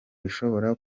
bishobora